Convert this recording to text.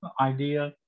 idea